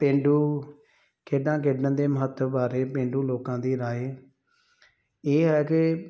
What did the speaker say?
ਪੇਂਡੂ ਖੇਡਾਂ ਖੇਡਣ ਦੇ ਮਹੱਤਵ ਬਾਰੇ ਪੇਂਡੂ ਲੋਕਾਂ ਦੀ ਰਾਏ ਇਹ ਹੈ ਕਿ